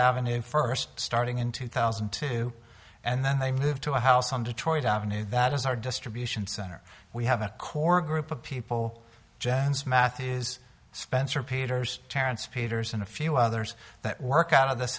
avenue first starting in two thousand and two and then they move to a house on detroit avenue that is our distribution center we have a core group of people jens math is spencer peters terence peters and a few others that work out of this